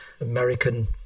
American